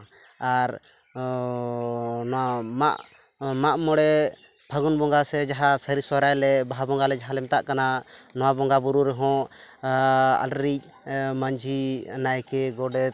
ᱟᱨ ᱱᱚᱣᱟ ᱢᱟᱜ ᱢᱟᱜ ᱢᱚᱬᱮ ᱯᱷᱟᱹᱜᱩᱱ ᱵᱚᱸᱜᱟ ᱥᱮ ᱡᱟᱦᱟᱸ ᱥᱟᱹᱨᱤ ᱥᱚᱨᱦᱟᱭ ᱞᱮ ᱵᱟᱦᱟ ᱵᱚᱸᱜᱟ ᱞᱮ ᱡᱟᱦᱟᱸᱞᱮ ᱢᱮᱛᱟᱜ ᱠᱟᱱᱟ ᱱᱚᱣᱟ ᱵᱚᱸᱜᱟ ᱵᱳᱨᱳ ᱨᱮᱦᱚᱸ ᱟᱞᱮᱨᱤᱡ ᱢᱟᱹᱡᱷᱤ ᱱᱟᱭᱠᱮ ᱜᱚᱰᱮᱛ